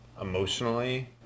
emotionally